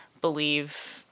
believe